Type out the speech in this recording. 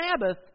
Sabbath